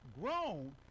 grown